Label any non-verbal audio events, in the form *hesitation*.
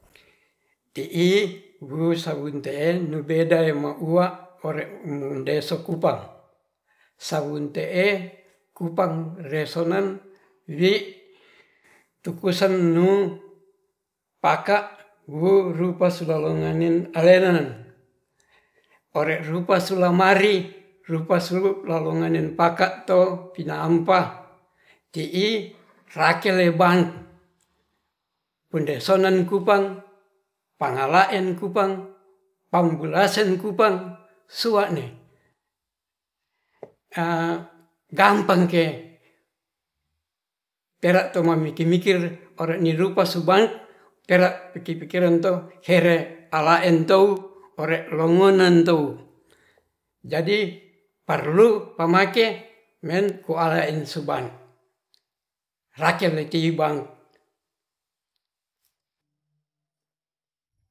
Ti'i busabun te'en nubeda maua ore mendeso kupa sabun te'e kupang resenan wi tu kesen nuu paka wu rupa so sulolongan alenan ore rupa su lamari rupa sululolongan paka to pina ampa ti'i rakel leba pendesonan kupang pangalaen kupang panggulasen kupang sua'ne *hesitation* gampang ke terama mikir-mikir ore ni rupa soba tera piki-pikiran to here alaentou ore laungunan to jadi parru pamake ngen koala insuban rakele ti bank